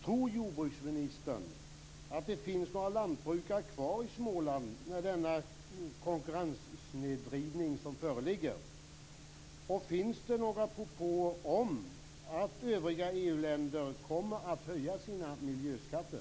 Tror jordbruksministern att det kommer att finnas några lantbrukare kvar i Småland, med den konkurrenssnedvridning som föreligger? Finns det några propåer om att övriga EU-länder kommer att höja sina miljöskatter?